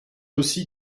aussi